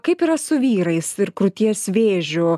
kaip yra su vyrais ir krūties vėžiu